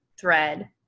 thread